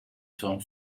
son